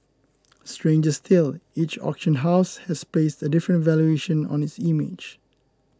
stranger still each auction house has placed a different valuation on its image